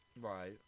Right